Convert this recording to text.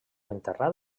enterrat